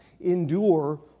endure